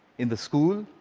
in the school,